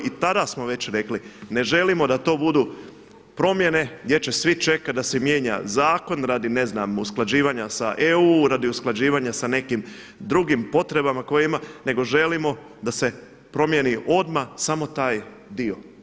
I tada smo već rekli, ne želimo da to budu promjene gdje će svi čekati da se mijenja zakon radi ne znam usklađivanja sa EU, radi usklađivanja sa nekim drugim potrebama koje ima nego želimo da se promijeni odmah samo taj dio.